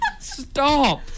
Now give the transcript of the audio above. Stop